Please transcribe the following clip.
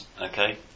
Okay